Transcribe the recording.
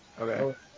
Okay